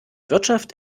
wirtschaft